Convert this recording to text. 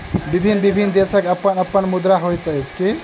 भिन्न भिन्न देशक अपन अपन मुद्रा होइत अछि